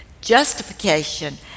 justification